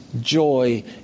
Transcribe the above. joy